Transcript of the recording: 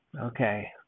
Okay